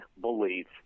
belief